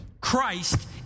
Christ